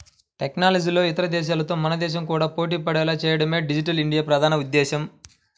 టెక్నాలజీలో ఇతర దేశాలతో మన దేశం కూడా పోటీపడేలా చేయడమే డిజిటల్ ఇండియా ప్రధాన ఉద్దేశ్యం